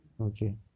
okay